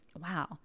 Wow